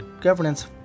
governance